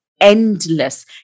endless